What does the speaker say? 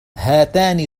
هاتان